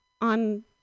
on